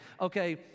Okay